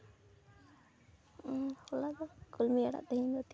ᱦᱚᱞᱟ ᱫᱚ ᱠᱩᱞᱢᱤ ᱟᱲᱟᱜ ᱛᱮᱦᱮᱧ ᱫᱚ ᱛᱤᱠᱤ